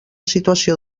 situació